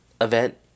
event